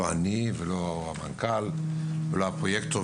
לא אני ולא המנכ"ל ולא הפרויקטור,